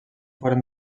foren